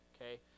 okay